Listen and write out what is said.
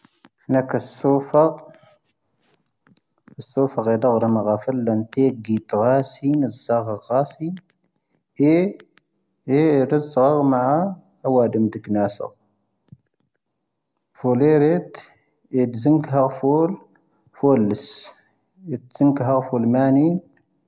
ⴼⵏⴰⴽⴰ ⵙoⴼⴰ. ⵙoⴼⴰ ⵇⴻ ⴷⵀⴰ ⵔⴰ ⵎⴰⴳⴰⴼⵉⵍ ⵍⴰⵏ ⵜⴻⴳⴳⵉⵜⵡⴰⴰⵙⵉⵏ, ⴰⵍ-ⵣⴰⵇⴰ ⵇⴰⵙⵉⵏ. ⴻ, ⴻ ⵔⵉⵣⵙⴰⵔ ⵎⴰ'ⴰ ⴰⵡⴰⴷⵉⵎ ⴷⵉ ⴽⵏⴰⵙⴰ. ⴼⵓⵍⵉⵔⴻⵜ, ⴻⴷ ⵣⵉⵏⴽⵀⴰ ⴼⵓⵍ, ⴼⵓⵍ ⵍⵉⵙ. ⴻⴷ ⵣⵉⵏⴽⵀⴰ ⴼⵓⵍ ⵎⴰⵏⵉ.